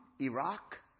Iraq